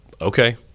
okay